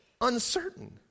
uncertain